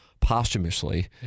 posthumously